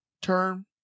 term